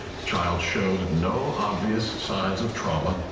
the child showed no obvious signs of trauma.